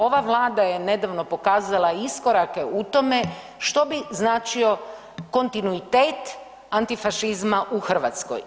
Ova Vlada je nedavno pokazala iskorake u tome što bi značio kontinuitet antifašizma u Hrvatskoj.